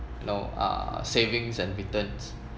you know uh savings and returns